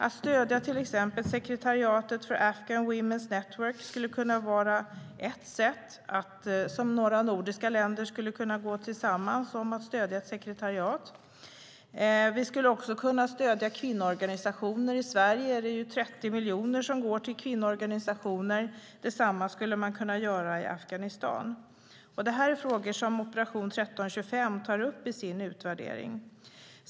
De nordiska länderna skulle till exempel kunna gå samman och stödja sekretariatet för Afghan Women's Network. Vi skulle också, precis som i Sverige, kunna stödja kvinnoorganisationer. I Sverige är det ju 30 miljoner som går dit. Detsamma skulle man kunna göra i Afghanistan. Detta är frågor som Operation 1325 tar upp i sin utvärdering.